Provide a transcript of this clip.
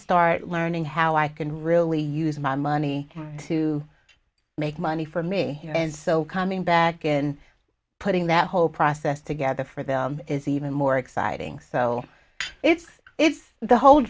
start learning how i can really use my money to make money for me and so coming back and putting that whole process together for them is even more exciting so it's it's the whole